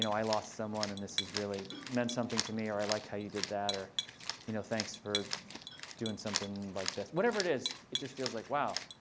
you know i lost someone. and this has really meant something to me. or i liked how you did that. or you know thanks for doing something like this. whatever it is, it just feels like, wow.